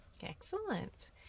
Excellent